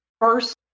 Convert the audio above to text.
First